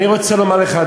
אני רוצה לומר לך,